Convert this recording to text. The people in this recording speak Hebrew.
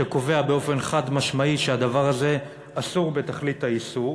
שקובע באופן חד-משמעי שהדבר הזה אסור בתכלית האיסור.